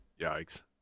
Yikes